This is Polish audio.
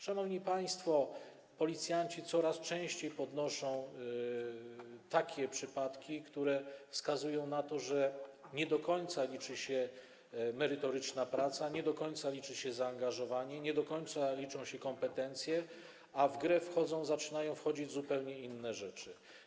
Szanowni państwo, policjanci coraz częściej podnoszą takie przypadki, które wskazują na to, że nie do końca liczy się merytoryczna praca, nie do końca liczy się zaangażowanie, nie do końca liczą się kompetencje, a w grę zaczynają wchodzić zupełnie inne rzeczy.